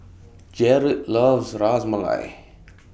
Jarod loves Ras Malai